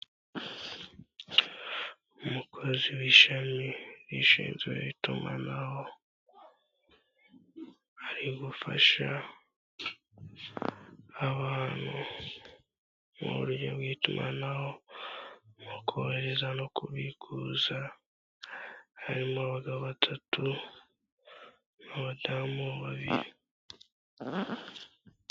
Umukozi w'ishami rishinzwe itumanaho, ari gufasha abantu mu buryo bw'itumanaho, mu kohereza. no kubikuza, harimo abagabo batatu n'abadamu babiri.